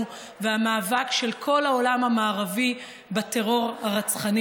והמאבק של כל העולם המערבי בטרור הרצחני,